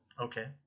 Okay